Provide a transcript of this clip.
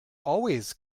always